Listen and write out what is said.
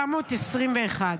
--- 421.